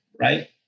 right